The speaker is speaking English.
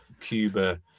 Cuba